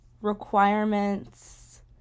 requirements